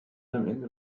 ende